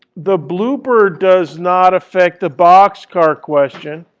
the blooper does not affect the boxcar question.